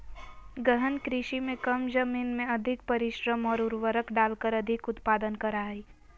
गहन कृषि में कम जमीन में अधिक परिश्रम और उर्वरक डालकर अधिक उत्पादन करा हइ